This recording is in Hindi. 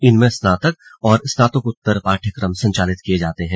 इनमें स्नातक और स्नातकोत्तर पाठ्यक्रम संचालित किए जाते हैं